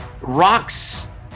rocks